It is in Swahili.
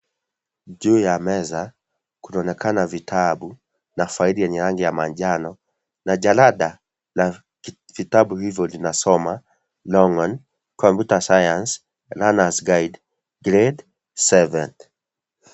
Juu ya meza kunaonekana vitabu na faili yenye rangi ya manjano, na jalada la vitabu hivyo linasoma, longman Computer Science Learner's Guide, Grade 7 .